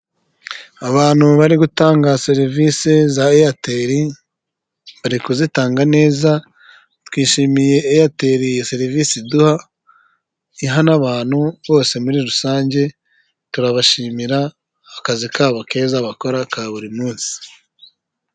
Abantu bari gutanga serivisi za Eyateri bari kuzitanga neza. Twishimiye Eyateri, iyi serivisi iduha, iha na abantu bose muri rusange. Turabashimira akazi kabo keza bakora ka buri munsi.